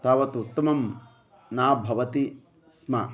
तावत् उत्तमं न भवति स्म